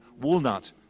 walnut